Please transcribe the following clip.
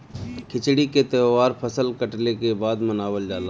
खिचड़ी के तौहार फसल कटले के बाद मनावल जाला